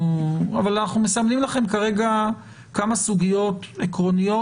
אנחנו כרגע מסמנים לכן כמה סוגיות עקרוניות